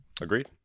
Agreed